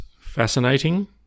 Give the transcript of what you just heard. fascinating